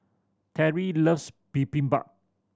Terrie loves Bibimbap